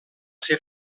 ser